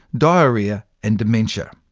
diarrhoea and dementia.